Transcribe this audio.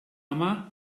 ama